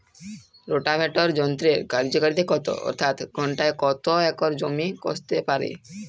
Rotavator যন্ত্রের কার্যকারিতা কত অর্থাৎ ঘণ্টায় কত একর জমি কষতে পারে?